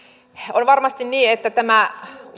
on varmasti niin että tämä